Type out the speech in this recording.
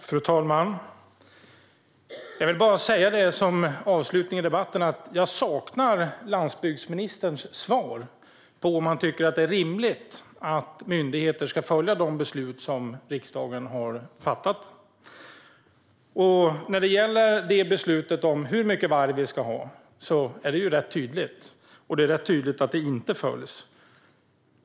Fru talman! Jag vill som avslutning på debatten säga att jag saknar landsbygdsministerns svar på om han tycker att det är rimligt att myndigheter ska följa de beslut som riksdagen har fattat. När det gäller beslutet om hur många vargar vi ska ha är det tydligt att de inte följs.